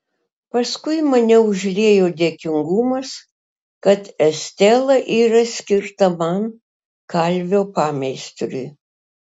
paskui mane užliejo dėkingumas kad estela yra skirta man kalvio pameistriui